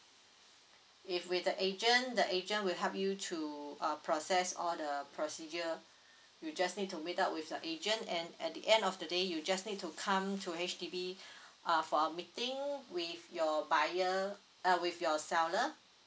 if with the agent the agent will help you to uh process all the procedure you'll just need to meet up with your agent and at the end of the day you just need to come to H_D_B uh for a meeting with your buyer uh with your seller